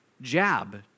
jab